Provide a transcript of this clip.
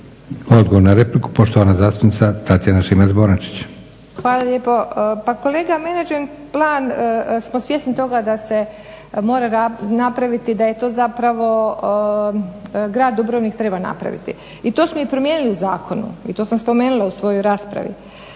Odgovor na repliku poštovana zastupnica Tatjana Šimac-Bonačić. **Šimac Bonačić, Tatjana (SDP)** Hvala lijepo. Pa kolega …/Govornica se ne razumije./… smo svjesni toga da se mora napraviti da je to zapravo grad Dubrovnik treba napraviti i to smo i promijenili u zakonu i to sam spomenula u svojoj raspravi.